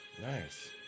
Nice